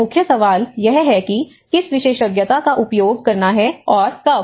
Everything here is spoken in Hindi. तो मुख्य सवाल यह है कि किस विशेषज्ञता का उपयोग करना है और कब